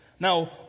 Now